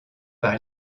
par